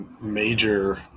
major